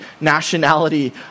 nationality